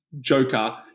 Joker